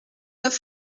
neuf